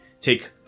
take